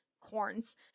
Corns